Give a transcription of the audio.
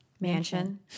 mansion